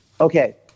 okay